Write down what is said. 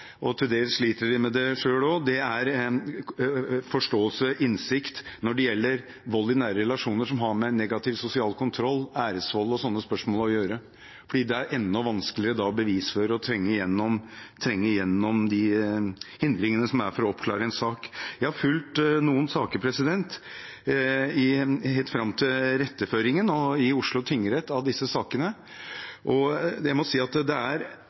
og som de til dels også sliter med selv, er forståelse og innsikt når det gjelder vold i nære relasjoner som har med negativ sosial kontroll, æresvold og sånne spørsmål å gjøre, fordi det da er enda vanskeligere å bevisføre og trenge igjennom de hindringene som er, for å oppklare en sak. Jeg har fulgt noen av disse sakene helt fram til retterføringen i Oslo tingrett, og jeg må si at det er